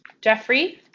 Jeffrey